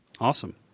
Awesome